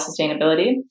sustainability